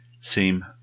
seem